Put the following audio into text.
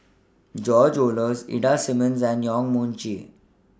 George Oehlers Ida Simmons and Yong Mun Chee